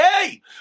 Hey